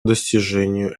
достижению